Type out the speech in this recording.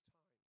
time